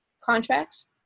contracts